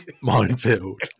Minefield